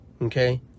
okay